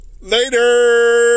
later